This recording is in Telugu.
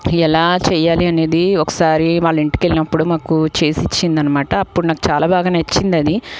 ఎలా చేయాలి అనేది ఒకసారి వాళ్ళ ఇంటికి వెళ్ళినప్పుడు మాకు చేసి ఇచ్చింది అనమాట అప్పుడు నాకు చాలా బాగా నచ్చింది అది